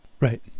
Right